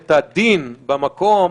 את הדין במקום,